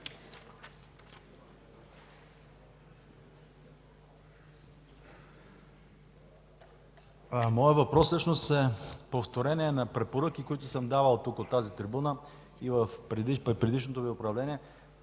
Моят въпрос всъщност е повторение на препоръки, които съм давал тук, от тази трибуна, и при предишното Ви управление.